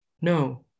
No